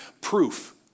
proof